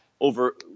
over